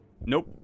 nope